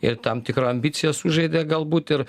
ir tam tikra ambicija sužaidė galbūt ir